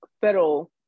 federal